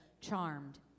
charmed